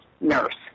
nurse